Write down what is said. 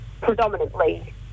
predominantly